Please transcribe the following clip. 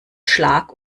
schlag